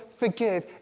forgive